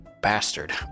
bastard